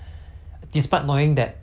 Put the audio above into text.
!wah! 我很 strict